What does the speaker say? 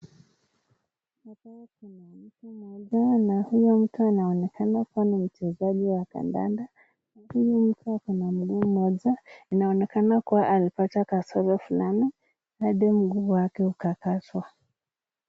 Hapa kuna mtu mmoja na huyu mtu anaonekana kuwa ni mchezaji wa kandanda, mtu huyu akona mguu moja inaonekana kuwa alipata kasoro fulani, labda mguu wake ukakatwa.